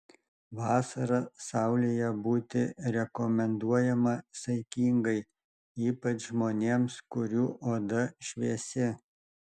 vasarą saulėje būti rekomenduojama saikingai ypač žmonėms kurių oda šviesi